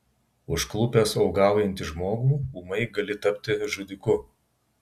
užklupęs uogaujantį žmogų ūmai gali tapti žudiku